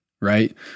right